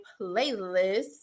playlist